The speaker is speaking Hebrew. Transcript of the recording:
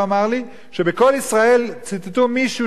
הוא אמר לי שב"קול ישראל" ציטטו מישהו